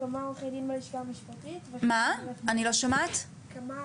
אני מאגף